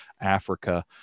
Africa